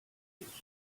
fingers